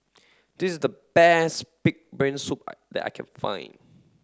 this the best pig brain soup that I can find